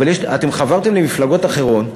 אתם חברתם למפלגות אחרות,